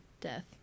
death